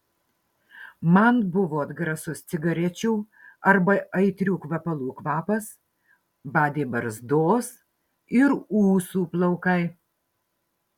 man buvo atgrasus cigarečių arba aitrių kvepalų kvapas badė barzdos ir ūsų plaukai